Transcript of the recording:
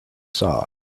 saw